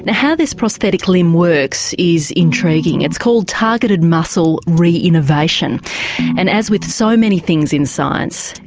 how this prosthetic limb works is intriguing it's called targeted muscle re-innovation and, as with so many things in science,